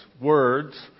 Words